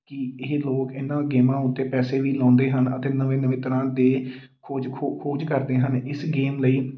ਇਹ ਲੋਕ ਇਹਨਾਂ ਦਾ ਗੇਮਾਂ ਉਤੇ ਪੈਸੇ ਵੀ ਲਾਉਂਦੇ ਹਨ ਅਤੇ ਨਵੇਂ ਨਵੇਂ ਤਰ੍ਹਾਂ ਦੇ ਖੋਜ ਖੋਜ ਕਰਦੇ ਹਨ ਇਸ ਗੇਮ ਲਈ